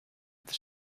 this